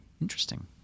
Interesting